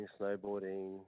snowboarding